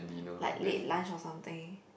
like late lunch or something